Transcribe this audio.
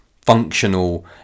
functional